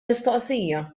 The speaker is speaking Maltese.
mistoqsija